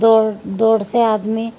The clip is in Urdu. دوڑ دوڑ سے آدمی